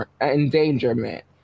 endangerment